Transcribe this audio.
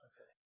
Okay